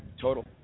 Total